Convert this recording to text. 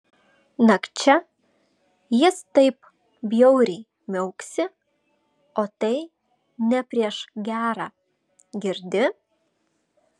nakčia jis taip bjauriai miauksi o tai ne prieš gera girdi